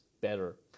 better